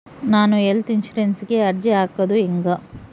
ನಾನು ಹೆಲ್ತ್ ಇನ್ಸುರೆನ್ಸಿಗೆ ಅರ್ಜಿ ಹಾಕದು ಹೆಂಗ?